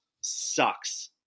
sucks